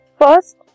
First